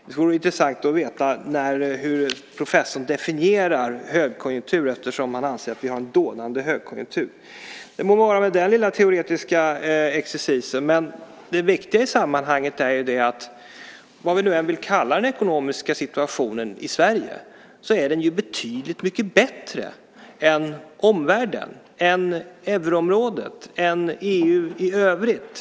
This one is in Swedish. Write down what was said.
Det vore intressant att veta hur professorn definierar en högkonjunktur eftersom han anser att vi har en dånande högkonjunktur. Den lilla teoretiska exercisen må vara. Det viktiga i sammanhanget är att den ekonomiska situationen i Sverige - vad vi nu än vill kalla den - är betydligt mycket bättre än omvärldens, än euroområdets och än den i EU i övrigt.